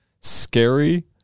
scary